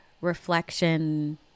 reflection